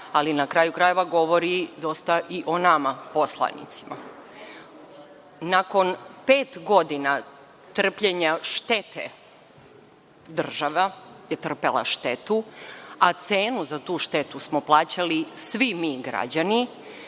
ali i na kraju krajeva govori dosta i o nama poslanicima. Nakon pet godina trpljenja štete, država je trpela štetu, a cenu za tu štetu smo plaćali svi mi građani,